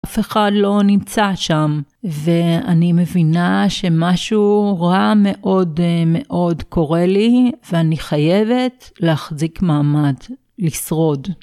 אף אחד לא נמצא שם ואני מבינה שמשהו רע מאוד מאוד קורה לי ואני חייבת להחזיק מעמד, לשרוד.